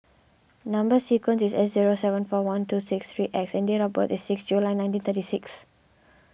Number Sequence is S zero seven four one two six three X and date of birth is six July nineteen thirty six